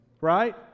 right